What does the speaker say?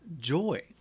joy